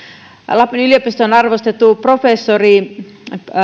lapin yliopiston arvostettu professori